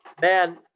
man